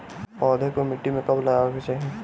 पौधे को मिट्टी में कब लगावे के चाही?